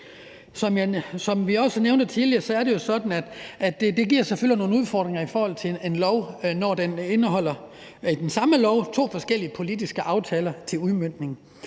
at det selvfølgelig giver nogle udfordringer, når det samme lovforslag indeholder to forskellige politiske aftaler til udmøntning.